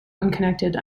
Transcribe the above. unconnected